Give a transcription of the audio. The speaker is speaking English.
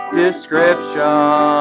description